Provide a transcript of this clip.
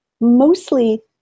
mostly